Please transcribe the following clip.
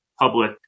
public